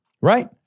right